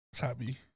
Happy